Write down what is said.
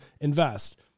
invest